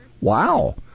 Wow